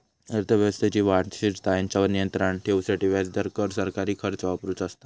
अर्थव्यवस्थेची वाढ, स्थिरता हेंच्यावर नियंत्राण ठेवूसाठी व्याजदर, कर, सरकारी खर्च वापरुचो असता